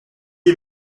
les